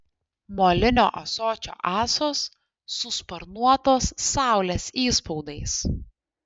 molinio ąsočio ąsos su sparnuotos saulės įspaudais